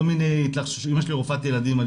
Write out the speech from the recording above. כל מיני אמא שלי רופאת ילדים אני